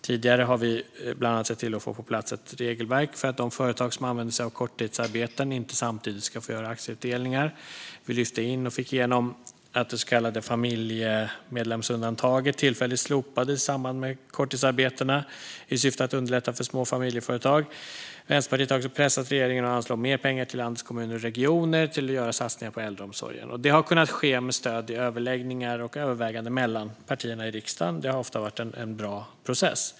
Tidigare har vi bland annat sett till att få ett regelverk på plats för att de företag som använder sig av korttidsarbeten inte samtidigt ska få göra aktieutdelningar. Vi lyfte in och fick igenom att det så kallade familjemedlemsundantaget tillfälligt slopades i samband med korttidsarbetena i syfte att underlätta för små familjeföretag. Vänsterpartiet har också pressat regeringen att anslå mer pengar till landets kommuner och regioner till att göra satsningar på äldreomsorgen. Det har kunnat ske med stöd i överläggningar och överväganden mellan partierna i riksdagen. Det har ofta varit en bra process.